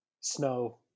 Snow